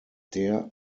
der